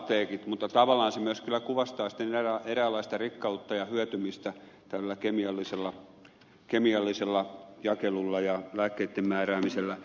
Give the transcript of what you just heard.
mutta tavallaan se myöskin kuvastaa eräänlaista rikkautta ja hyötymistä tällaisella kemiallisella jakelulla ja lääkkeitten määräämisellä